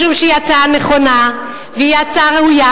משום שהיא הצעה נכונה והיא הצעה ראויה,